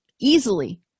easily